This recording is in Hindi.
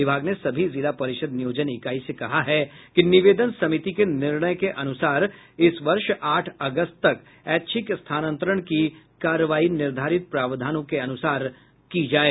विभाग ने सभी जिला परिषद् नियोजन इकाई से कहा है कि निवेदन समिति के निर्णय के अनुसार इस वर्ष आठ अगस्त तक ऐच्छिक स्थानांतरण की कार्रवाई निर्धारित प्रावधानों के अनुसार करें